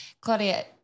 Claudia